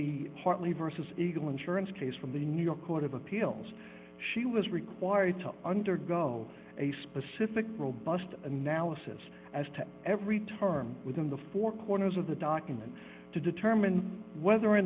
the hartley versus eagle insurance case from the new york court of appeals she was required to undergo a specific robust analysis as to every term within the four corners of the document to determine whether or